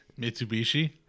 mitsubishi